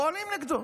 פועלים נגדו,